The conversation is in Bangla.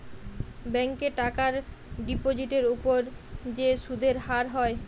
ব্যাংকে টাকার ডিপোজিটের উপর যে সুদের হার হয়